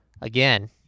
again